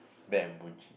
Bambuchi